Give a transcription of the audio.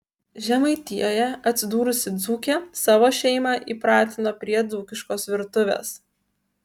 žemaitijoje atsidūrusi dzūkė savo šeimą įpratino prie dzūkiškos virtuvės